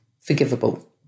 forgivable